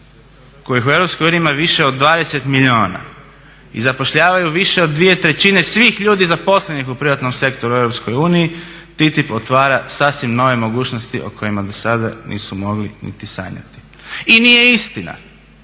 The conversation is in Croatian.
uniji ima više od 20 milijuna i zapošljavaju više od dvije trećine svih ljudi zaposlenih u privatnom sektoru u Europskoj uniji TTIP otvara sasvim nove mogućnosti o kojima do sada nisu mogli niti sanjati. I nije istina